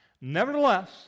nevertheless